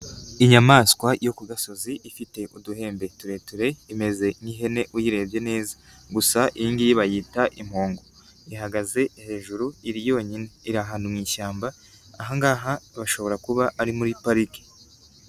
Inyamaswa yo ku gasozi ifite uduhembe tureture imeze nk'ihene uyirebye neza, gusa iyi ngiyi bayita impongo, ihagaze hejuru iri yonyine iri ahantu mu ishyamba, aha ngaha bashobora kuba ari muri pariki.